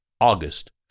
August